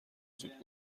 زود